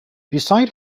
beside